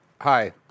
Hi